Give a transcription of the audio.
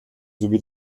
sowie